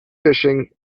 fishing